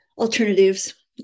alternatives